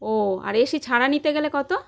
ও আর এসি ছাড়া নিতে গেলে কত